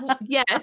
Yes